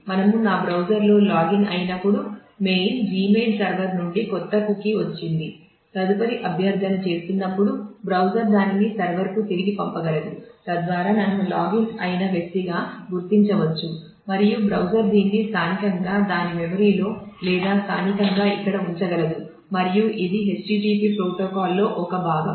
మనము నా బ్రౌజర్లో లేదా స్థానికంగా ఇక్కడ ఉంచగలదు మరియు ఇది http ప్రోటోకాల్లో ఒక భాగం